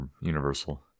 Universal